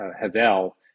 Havel